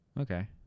Okay